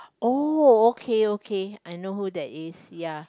oh okay okay I know who that is ya